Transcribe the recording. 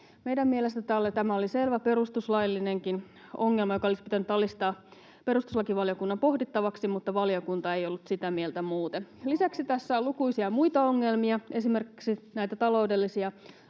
Meidän mielestämme tämä oli selvä perustuslaillinenkin ongelma, joka olisi pitänyt alistaa perustuslakivaliokunnan pohdittavaksi, mutta muuten valiokunta ei ollut sitä mieltä. Lisäksi tässä on lukuisia muita ongelmia. Esimerkiksi näitä taloudellisia